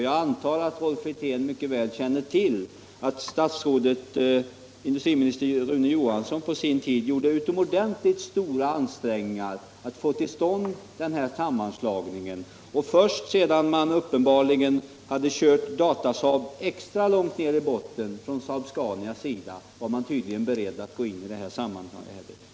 Jag antar att Rolf Wirtén mycket väl känner till att industriminister Rune Johansson på sin tid gjorde utomordentligt stora ansträngningar att få till stånd den här sammanslagningen. Först sedan SAAB-SCANIA uppenbarligen hade kört Datasaab extra långt ner i botten var man tydligen beredd att gå in i det här samarbetet.'